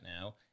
now